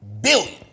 Billion